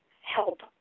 help